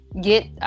get